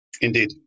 Indeed